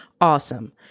awesome